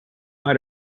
hide